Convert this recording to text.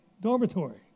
dormitory